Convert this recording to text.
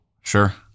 Sure